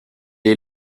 est